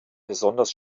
besonders